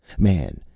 man,